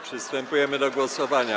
Przystępujemy do głosowania.